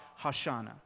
Hashanah